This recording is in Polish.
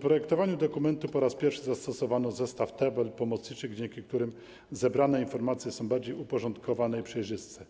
projektowaniu dokumentu po raz pierwszy zastosowano zestaw tabel pomocniczych, dzięki którym zebrane informacje są bardziej uporządkowane i przejrzyste.